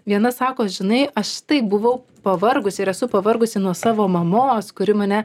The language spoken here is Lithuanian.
viena sako žinai aš taip buvau pavargusi ir esu pavargusi nuo savo mamos kuri mane